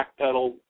backpedal